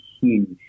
huge